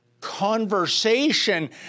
conversation